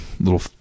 little